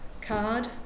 card